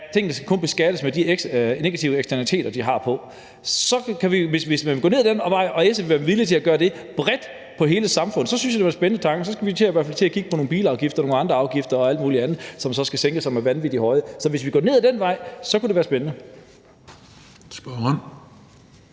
tingene kun skal beskattes med de negative eksternaliteter, de har, og hvis SF vil være villig til at gå ned ad den vej og gøre det bredt på hele samfundet, synes jeg, det var en spændende tanke, og så skal vi i hvert fald til at kigge på nogle bilafgifter og nogle andre afgifter og alt muligt andet, som så skal sænkes, og som er vanvittig høje. Så hvis vi går ned ad den vej, kunne det være spændende. Kl.